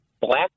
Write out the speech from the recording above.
black